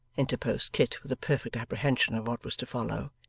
interposed kit with a perfect apprehension of what was to follow.